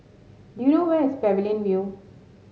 do you know where is Pavilion View